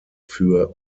für